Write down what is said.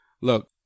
Look